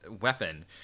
weapon